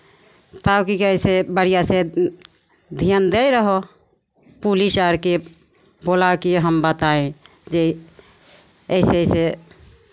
ताकि कइसे बढ़िआँसँ ध्यान दैत रहौ पुलिस आरके बुला कऽ हम बताए जे ऐसे ऐसे